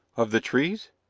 of the trees?